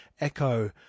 echo